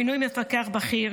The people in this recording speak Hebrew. מינוי מפקח בכיר,